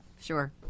Sure